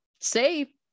say